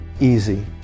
Easy